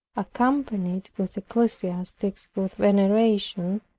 accompanied with ecclesiastics, with veneration,